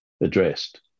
addressed